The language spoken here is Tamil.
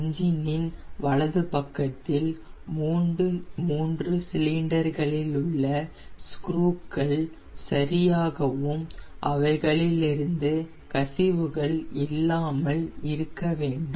என்ஜின் இன் வலது பக்கத்தில் மூன்று சிலிண்டர் களிலுள்ள ஸ்க்ரூ க்கள் சரியாகவும் அவைகளிலிருந்து கசிவுகள் இல்லாமல் இருக்க வேண்டும்